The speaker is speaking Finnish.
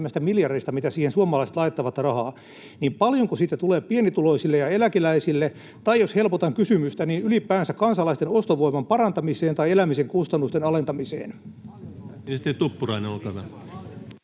mitä siihen suomalaiset laittavat rahaa — tulee pienituloisille ja eläkeläisille tai, jos helpotan kysymystä, ylipäänsä kansalaisten ostovoiman parantamiseen tai elämisen kustannusten alentamiseen?